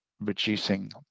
reducing